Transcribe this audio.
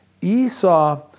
Esau